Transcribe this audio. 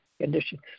conditions